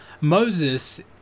Moses